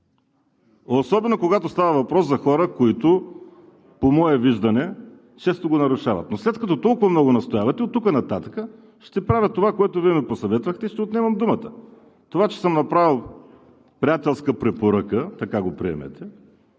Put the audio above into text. особено когато става въпрос за хора, които, по мое виждане, често го нарушават. След като толкова много настоявате, оттук нататък ще правя това, което Вие ме посъветвахте – ще отнемам думата. Това, че съм направил приятелска препоръка – така го приемете,